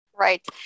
Right